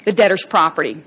the debtors property